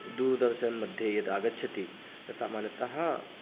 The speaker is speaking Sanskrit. दूर्दर्शन् मध्ये यदागच्छति सामान्यतः